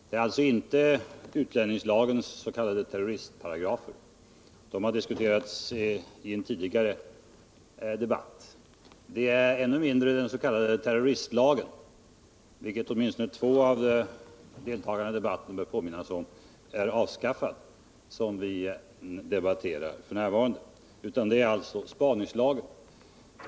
Det är alltså inte utlänningslagens s.k. terroristparagrafer, som har diskuterats i en tidigare debatt, och det är ännu mindre den s.k. terroristlagen, vilken är avskaffad. Vad vi diskuterar är alltså spaningslagen.